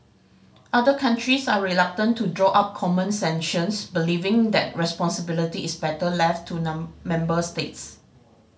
other countries are reluctant to draw up common sanctions believing that responsibility is better left to member states